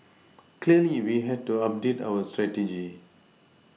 clearly we had to update our strategy